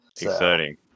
Exciting